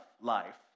life